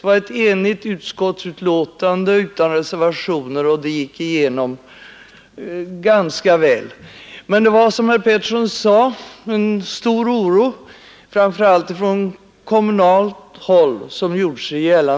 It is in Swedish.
Utskottet var enhälligt och utskottsutlåtandet utan reservationer. Men såsom herr Petersson sade gjorde sig en stor oro gällande framför allt från kommunalt håll.